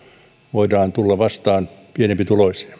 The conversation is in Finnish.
voidaan tulla vastaan pienempituloisia